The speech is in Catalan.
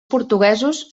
portuguesos